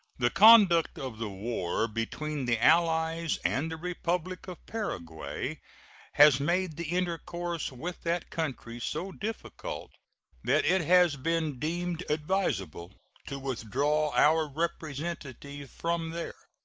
the conduct of the war between the allies and the republic of paraguay has made the intercourse with that country so difficult that it has been deemed advisable to withdraw our representative from there.